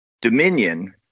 Dominion